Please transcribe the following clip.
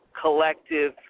collective